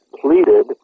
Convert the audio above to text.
pleaded